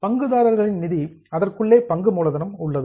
பங்குதாரர்களின் நிதி அதற்குள்ளே பங்கு மூலதனம் உள்ளது